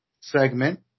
segment